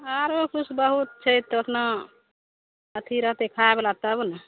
आरो किछु बहुत छै तऽ ओतना अथी रहतै खाए बाला तब ने